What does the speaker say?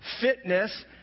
fitness